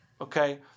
Okay